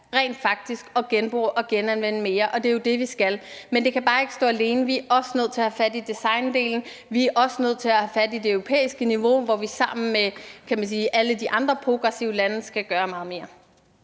rent faktisk genbruge og genanvende mere; og det er jo det, vi skal. Men det kan bare ikke stå alene. Vi er også nødt til at have fat i designdelen. Vi er også nødt til at have fat i det europæiske niveau, hvor vi sammen med alle de andre progressive lande skal gøre meget mere.